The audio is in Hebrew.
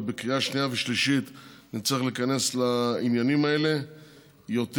ובקריאה שנייה ושלישית הוא יצטרך להיכנס לעניינים האלה יותר.